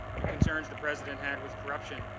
the concerns the president had with corruption,